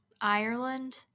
Ireland